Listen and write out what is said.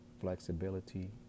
flexibility